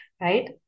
right